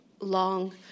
long